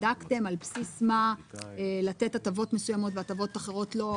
בדקתם על בסיס מה לתת הטבות מסוימות והטבות אחרות לא?